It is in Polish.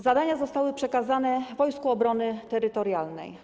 Zadania zostały przekazane Wojskom Obrony Terytorialnej.